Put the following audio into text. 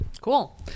cool